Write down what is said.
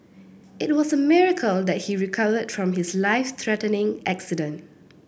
it was a miracle that he recovered from his life threatening accident